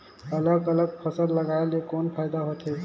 अलग अलग फसल लगाय ले कौन फायदा होथे?